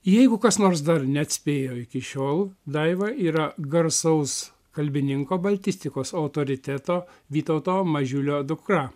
jeigu kas nors dar neatspėjo iki šiol daiva yra garsaus kalbininko baltistikos autoriteto vytauto mažiulio dukra